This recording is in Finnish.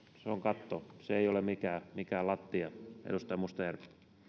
se on katto se ei ole mikään mikään lattia edustaja mustajärvi tämä